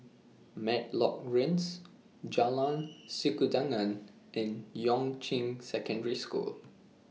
Matlock Rise Jalan Sikudangan and Yuan Ching Secondary School